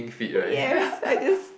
yes I just